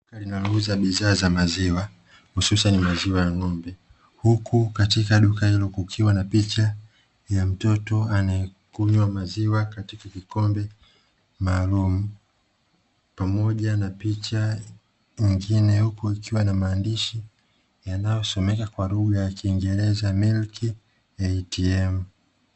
Duka linalouza bidhaa za maziwa hususani maziwa ya ng'ombe, huku katika duka hilo kukiwa na picha ya mtoto anayekunywa maziwa katika kikombe maalumu pamoja na picha nyingine, huku ikiwa na maandishi yanayosomeka kwa lugha ya kiingereza 'MILK ATM'.